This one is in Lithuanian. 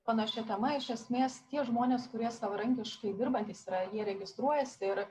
panašia tema iš esmės tie žmonės kurie savarankiškai dirbantys yra jie registruojasi ir